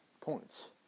points